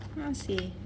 a'ah seh